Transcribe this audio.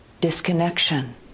disconnection